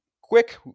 quick